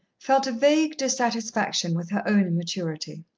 felt a vague dissatisfaction with her own immaturity.